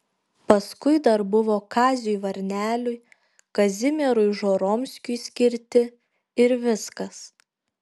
paskui dar buvo kaziui varneliui kazimierui žoromskiui skirti ir viskas